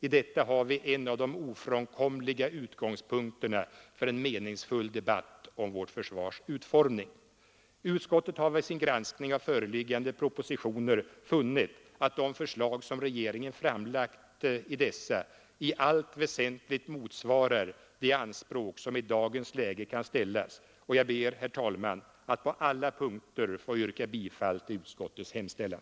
I detta har vi en av de ofrånkomliga utgångspunkterna för en meningsfull debatt om vårt försvars utformning. Utskottet har vid sin granskning av föreliggande propositioner funnit att de förslag som regeringen framlagt i allt väsentligt motsvarar de anspråk som i dagens läge kan ställas, och jag ber, herr talman, att på alla punkter få yrka bifall till utskottets hemställan.